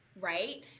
Right